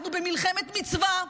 אנחנו במלחמת מצווה,